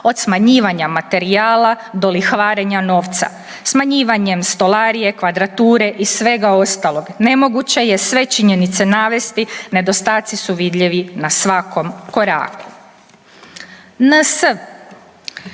od smanjivanja materijala, do lihvarenja novca smanjivanjem stolarije, kvadrature i svega ostalog. Nemoguće je sve činjenice navesti. Nedostaci su vidljivi na svakom koraku.“ NS: